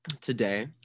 today